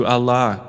Allah